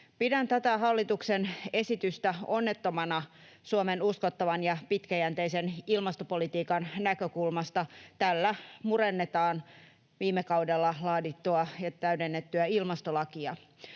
Pidän tätä hallituksen esitystä onnettomana Suomen uskottavan ja pitkäjänteisen ilmastopolitiikan näkökulmasta. Tällä murennetaan viime kaudella laadittua ja täydennettyä ilmastolakia.